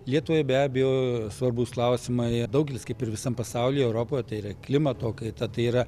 lietuvai be abejo svarbūs klausimai daugelis kaip ir visam pasaulyje europoje tai yra klimato kaita tai yra